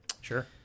Sure